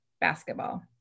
basketball